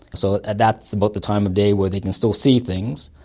so that's about the time of day when they can still see things,